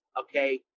okay